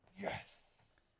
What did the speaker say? Yes